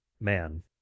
man